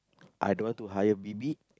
I don't want to hire bibik